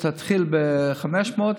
תתחיל ב-500.